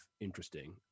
interesting